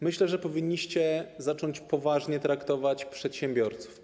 Myślę, że powinniście zacząć poważnie traktować przedsiębiorców.